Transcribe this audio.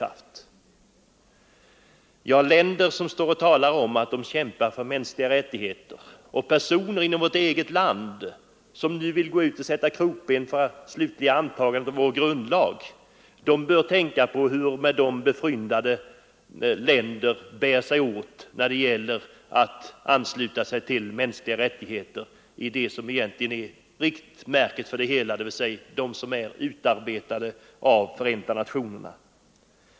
Det finns länder som talar om att de kämpar för mänskliga rättigheter, och det finns personer inom vårt eget land som nu vill sätta krokben för det slutliga antagandet av grundlagen. De bör tänka på hur befryndade länder bär sig åt när det gäller att ansluta sig till den egentliga konventionen för de mänskliga rättigheterna, dvs. den som är utarbetad av Förenta nationerna.